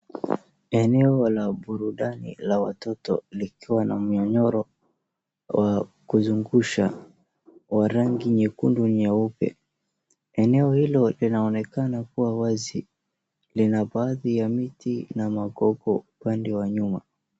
Eneo la burudani la watoto likiwa na myororo wa kuzungusha wa rangi nyekundu nyeupe, eneo hilo linaonekana kuwa wazi lina baadhi ya miti na magogo upande wa nyuma .